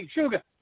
Sugar